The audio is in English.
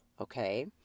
okay